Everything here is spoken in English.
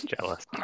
Jealous